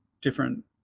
different